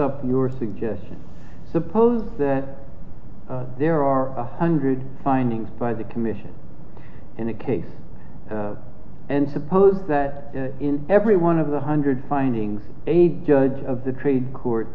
up your suggestion suppose that there are a hundred findings by the commission in the case and suppose that in every one of the hundred findings a judge of the trade court